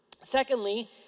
Secondly